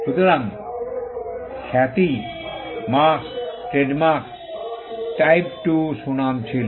সুতরাং খ্যাতি marks trademark type two সুনাম ছিল